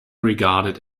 regarded